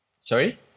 sorry